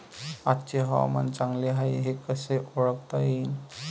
आजचे हवामान चांगले हाये हे कसे ओळखता येईन?